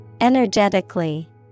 Energetically